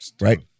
right